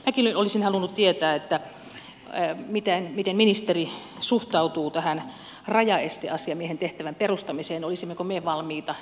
minäkin olisin halunnut tietää miten ministeri suhtautuu tähän rajaesteasiamiehen tehtävän perustamiseenolisimmeko me valmiita